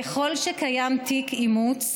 ככל שקיים תיק אימוץ,